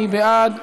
מי בעד?